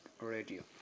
Radio